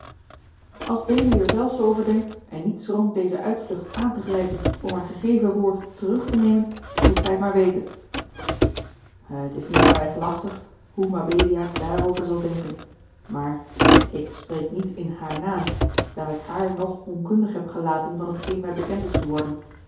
zoo over denkt en niet schroomt deze uitvlucht aan te grijpen om haar gegeven woord terug te nemen moet zij het maar weten het is niet twijfelachtig hoe mabelia daarover zal denken maar ik spreek niet in haar naam daar ik haar nog onkundig heb gelaten van t geen mij bekend is geworden